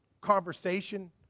conversation